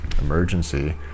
emergency